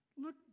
Look